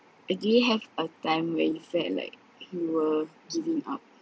do you have a time when you felt like you were giving up